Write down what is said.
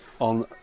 on